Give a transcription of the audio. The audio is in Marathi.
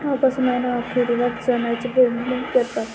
ऑगस्ट महीना अखेरीला चण्याची पेरणी करतात